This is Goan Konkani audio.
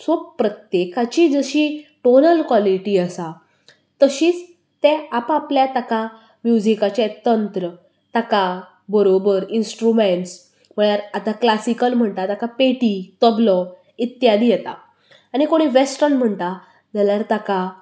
सो प्रत्येकाची जशी टोनल कॉलीटी आसा तशीच ते आपाआपल्या ताका म्युजीकाचें तंत्र ताका बरोबर इंन्ट्रूमेंटस म्हळ्यार आता क्लासिकल म्हणटा ताका पेटी तबलो इत्यादी येता आनी कोणी व्हेस्टर्न म्हणटा जाल्यार ताका